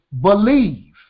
believe